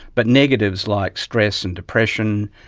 but negatives like stress and depression,